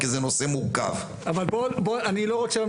לבין המוסדות